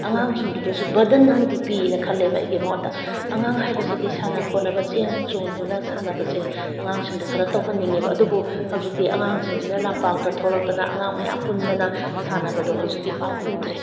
ꯑꯉꯥꯡꯁꯤꯡꯗꯨꯁꯨ ꯕꯔꯗꯟ ꯑꯃꯗꯤ ꯄꯤꯌꯦꯅ ꯈꯜꯂꯦ ꯑꯩꯒꯤ ꯃꯣꯠꯇ ꯑꯉꯥꯡ ꯍꯥꯏꯕꯁꯤꯗꯤ ꯁꯥꯟꯅ ꯈꯣꯠꯅꯕ ꯆꯦꯟ ꯆꯣꯡꯗꯨꯅ ꯁꯥꯟꯅꯕꯁꯦ ꯑꯉꯥꯡꯁꯤꯡꯗ ꯈꯔ ꯇꯧꯍꯟꯅꯤꯡꯉꯦꯕ ꯑꯗꯨꯕꯨ ꯍꯧꯖꯤꯛꯇꯤ ꯑꯉꯥꯡꯁꯤꯡꯁꯤꯅ ꯂꯝꯄꯥꯛꯇ ꯊꯣꯛꯂꯛꯇꯅ ꯑꯉꯥꯡ ꯃꯌꯥꯝ ꯄꯨꯟꯗꯅ ꯁꯥꯟꯅꯕꯗꯣ ꯍꯧꯖꯤꯛꯇꯤ ꯄꯥꯛ ꯎꯗ꯭ꯔꯦ